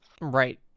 Right